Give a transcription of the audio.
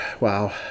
Wow